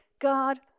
God